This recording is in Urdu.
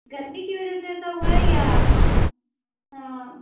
گرمی کے وجہ سے ایسا ہُوا ہے یا